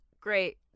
Great